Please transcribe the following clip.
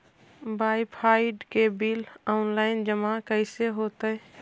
Wifi के bill online जमा कैसे होतै?